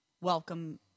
welcome